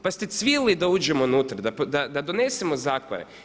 Pa ste cvilili da uđemo unutra i da donesemo zakone.